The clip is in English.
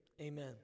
amen